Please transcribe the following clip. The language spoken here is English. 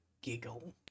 giggle